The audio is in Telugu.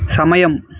సమయం